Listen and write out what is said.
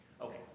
Okay